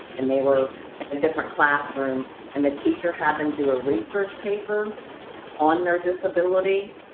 and they were at a different classroom and the teacher had them do a research paper on their disability,